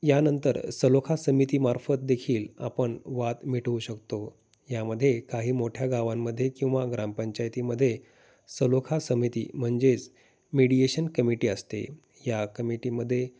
यानंतर सलोखा समिती मार्फतदेखील आपण वाद मिटवू शकतो यामध्ये काही मोठ्या गावांमध्येे किंवा ग्रामपंचायतीमध्ये सलोखा समिती म्हणजेच म मिडिएशन कमिटी असते या कमिटीमध्ये